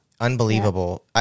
Unbelievable